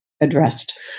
addressed